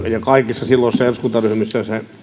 kaikissa silloisissa eduskuntaryhmissä se